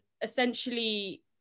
essentially